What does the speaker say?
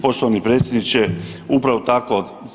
Poštovani predsjedniče, upravo tako.